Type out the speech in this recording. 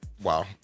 Wow